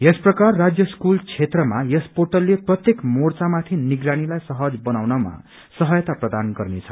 यस प्रकार राज्य स्कूल क्षेत्रमा यस पोर्टलले प्रत्येक मोर्चामाथि निगराणीलाई सहज बनाउनमा सहायता प्रदान गर्नेछ